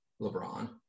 LeBron